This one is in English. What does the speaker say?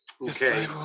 Okay